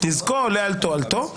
נזקו עולה על תועלתו.